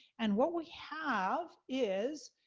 and what we have is,